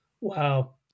Wow